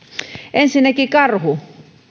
ensinnäkin karhu